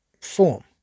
form